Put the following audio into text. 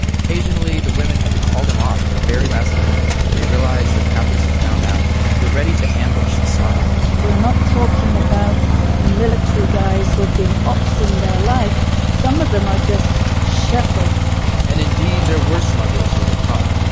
occasionally, the women had to call them off at the very last minute when they realized their captors had found out and were ready to ambush the smugglers you're not talking about military guys who have been ops in their life. some of them are just shepards and indeed there were smugglers who were caught,